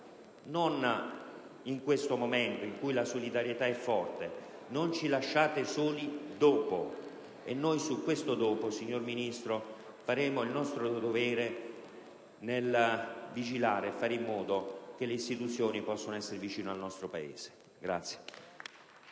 Non in questo momento, in cui la solidarietà è forte: non ci lasciate soli dopo. E noi su questo dopo, signor Ministro, faremo il nostro dovere vigilando e intervenendo affinché le istituzioni possano essere vicine al Paese.